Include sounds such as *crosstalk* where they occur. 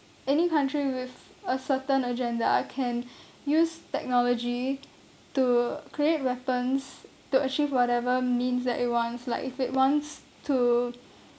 any country with a certain agenda can *breath* use technology to create weapons to achieve whatever means that it wants like if it wants to